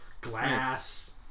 glass